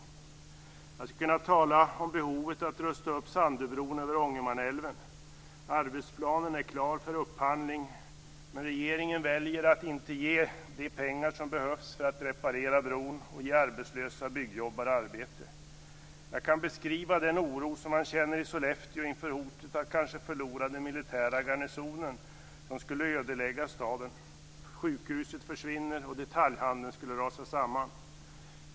Jag skulle kunna tala om behovet att rusta upp Jag kan beskriva den oro som man känner i Sollefteå inför hotet att kanske förlora den militära garnisonen. Det skulle ödelägga staden. Sjukhuset försvinner och detaljhandeln skulle rasa samman.